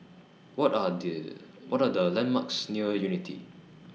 What Are The What Are The landmarks near Unity